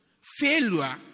failure